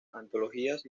antologías